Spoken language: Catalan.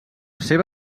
seva